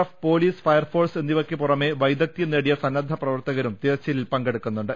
F police fire force എന്നിവയ്ക്ക് പുറമെ വൈദഗ്ധ്യം നേടിയ സന്നദ്ധ പ്രവർത്തകരും തിരച്ചിലിൽ പങ്കെടുക്കുന്നുണ്ട്